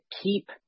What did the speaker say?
keep –